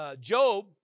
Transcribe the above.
Job